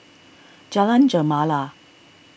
Jalan Gemala